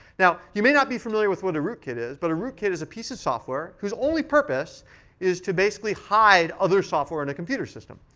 now, you may not be familiar with what a rootkit is, but a rootkit is a piece of software whose only purpose is to basically hide other software in a computer system.